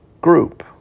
group